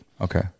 Okay